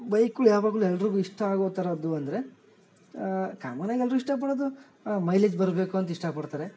ಬೈಕ್ಗಳ್ ಯಾವಾಗಲು ಎಲ್ಲರಿಗೂ ಇಷ್ಟ ಆಗೋ ಥರದ್ದು ಅಂದರೆ ಕಾಮನಾಗಿ ಎಲ್ಲರು ಇಷ್ಟ ಪಡೋದು ಮೈಲೇಜ್ ಬರಬೇಕು ಅಂತ ಇಷ್ಟ ಪಡ್ತಾರೆ